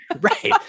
Right